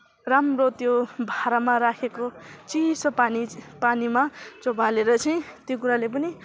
राम्रो त्यो भाडामा राखेको चिसो पानी पानीमा चोबालेर चाहिँ त्यो कुराले पनि